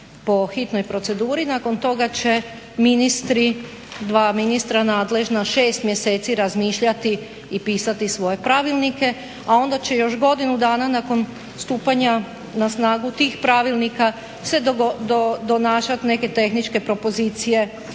po hitnoj proceduri nakon toga će ministri, dva ministra nadležna 6 mjeseci razmišljati i pisati svoje pravilnike, a onda će još godinu dana nakon stupanja na snagu tih pravilnika se donašat neke tehničke propozicije